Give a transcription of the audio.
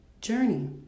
journey